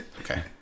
Okay